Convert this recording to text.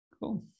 Cool